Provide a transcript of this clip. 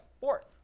fourth